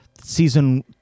season